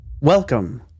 Welcome